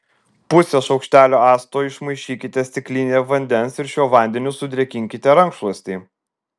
pusę šaukštelio acto išmaišykite stiklinėje vandens ir šiuo vandeniu sudrėkinkite rankšluostį